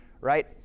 right